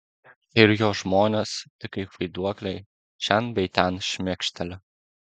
ir jo žmonės tik kaip vaiduokliai šen bei ten šmėkšteli